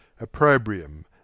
opprobrium